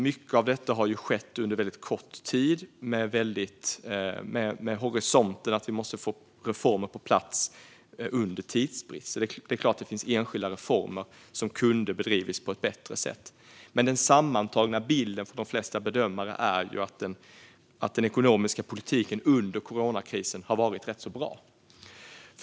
Mycket av detta har skett under väldigt kort tid med horisonten att vi måste få reformer på plats under tidsbrist. Det är klart att det finns enskilda reformer som kunde ha bedrivits på ett bättre sätt. Men den sammantagna bilden från de flesta bedömare är att den ekonomiska politiken under coronakrisen har varit rätt så bra.